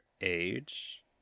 age